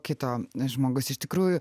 kito žmogus iš tikrųjų